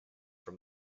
from